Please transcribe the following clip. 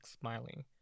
smiling